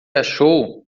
achou